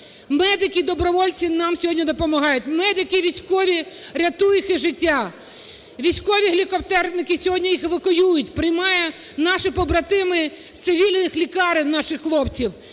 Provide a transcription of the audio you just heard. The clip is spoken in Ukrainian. Медики-добровольці нам сьогодні допомагають, медики-військові рятують їх життя. Військові гелікоптерники сьогодні їх евакуюють, приймають наші побратими з цивільних лікарень наших хлопців.